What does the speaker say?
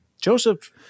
Joseph